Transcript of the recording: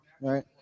Right